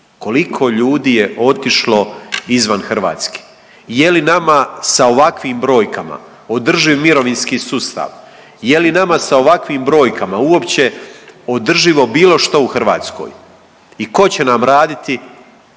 Koliko ljudi je otišlo izvan Hrvatske? Je li nama sa ovakvim brojkama održiv mirovinski sustav? Je li nama sa ovakvim brojkama uopće održivo bilo što u Hrvatskoj i tko će nam raditi,